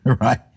right